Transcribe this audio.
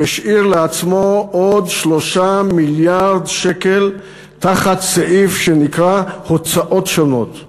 והשאיר לעצמו עוד 3 מיליארד שקל תחת סעיף שנקרא "הוצאות שונות".